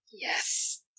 Yes